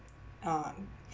uh